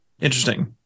Interesting